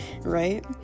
right